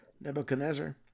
Nebuchadnezzar